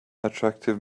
attractive